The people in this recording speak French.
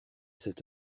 sept